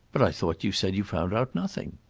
but i thought you said you found out nothing.